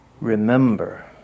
remember